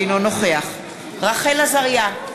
אינו נוכח רחל עזריה,